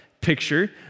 picture